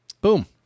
boom